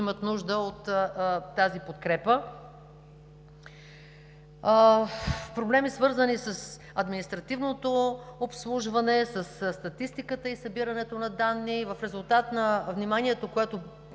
имат нужда от тази подкрепа. Проблеми, свързани с административното обслужване, със статистиката и събирането на данни. В резултат на вниманието, което